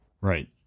Right